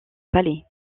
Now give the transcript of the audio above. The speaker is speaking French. palais